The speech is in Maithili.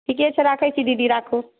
ठीके छै राखय छी दीदी राखू